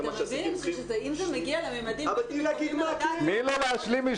ברגע שזה ישוחרר, חבר הכנסת עפר שלח, אדוני היו"ר,